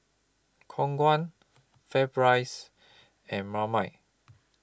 Khong Guan FairPrice and Marmite